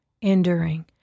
enduring